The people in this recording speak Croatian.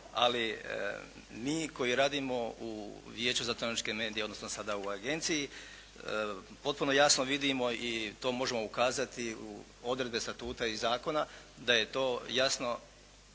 Ali mi koji radimo u Vijeću za elektroničke medije odnosno sada u agenciji, potpuno jasno vidimo i to možemo ukazati, odredbe statuta i zakona, da je to jasno